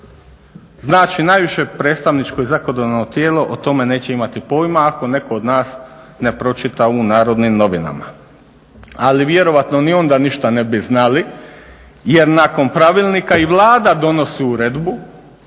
Znači, najviše predstavničko i zakonodavno tijelo o tome neće imati pojma ako netko od nas ne pročita u Narodnim novinama. Ali vjerojatno ni onda ništa ne bi znali jer nakon pravilnika i Vlada donosi Uredbu